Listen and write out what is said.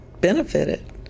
benefited